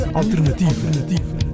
alternativa